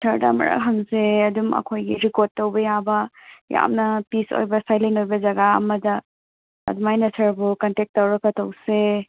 ꯁꯔꯗ ꯑꯃꯔꯛ ꯍꯪꯁꯦ ꯑꯗꯨꯝ ꯑꯩꯈꯣꯏꯒꯤ ꯔꯤꯀꯣꯔꯠ ꯇꯧꯕ ꯌꯥꯕ ꯌꯥꯝꯅ ꯄꯤꯁ ꯑꯣꯏꯕ ꯁꯥꯏꯂꯦꯟ ꯑꯣꯏꯕ ꯖꯒꯥ ꯑꯃꯗ ꯑꯗꯨꯃꯥꯏꯅ ꯁꯔꯕꯨ ꯀꯟꯇꯦꯛ ꯇꯧꯔꯒ ꯇꯧꯁꯦ